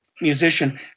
musician